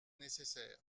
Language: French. nécessaire